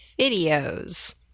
videos